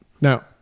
Now